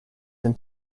than